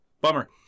Bummer